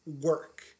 work